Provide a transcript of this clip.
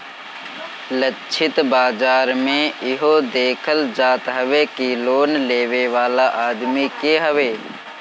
लक्षित बाजार में इहो देखल जात हवे कि लोन लेवे वाला आदमी के हवे